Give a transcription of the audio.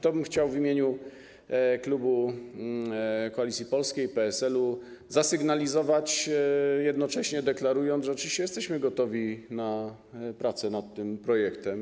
To chciałbym w imieniu klubu Koalicji Polskiej, PSL-u, zasygnalizować, jednocześnie deklarując, że oczywiście jesteśmy gotowi na pracę nad tym projektem.